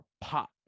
pop